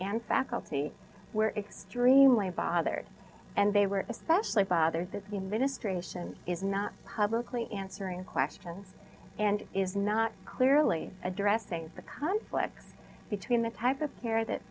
and faculty where extremely bothered and they were especially bothers me ministration is not publicly answering questions and is not clearly addressing the conflict between the type of care that